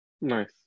Nice